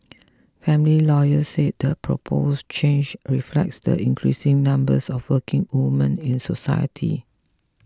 family lawyers said the proposed change reflects the increasing numbers of working women in society